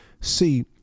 See